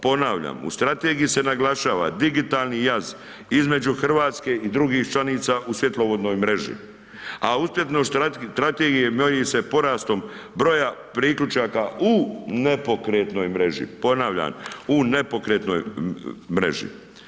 Ponavljam u strategiji se naglašava, digitalni jaz između Hrvatske i drugih članica u svjetlovodnoj mreži, a uspješnost …/nerazumljivo/… strategije novim se porastom broja priključaka u nepokretnoj mreži, ponavljam u nepokretnoj mreži.